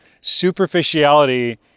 superficiality